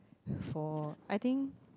for I think